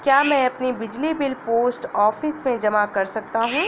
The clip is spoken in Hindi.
क्या मैं अपना बिजली बिल पोस्ट ऑफिस में जमा कर सकता हूँ?